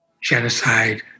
genocide